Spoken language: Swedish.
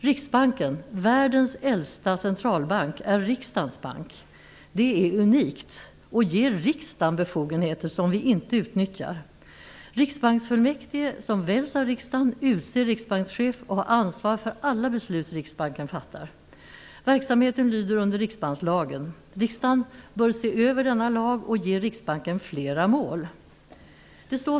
Riksbanken, världens äldsta centralbank, är riksdagens bank. Det är unikt och ger riksdagen befogenheter som vi inte utnyttjar. Riksbanksfullmäktige, som väljs av riksdagen, utser riksbankschef och har ansvar för alla beslut som Riksbanken fattar. Verksamheten lyder under riksbankslagen. Riksdagen bör se över denna lag och ge Riksbanken flera mål.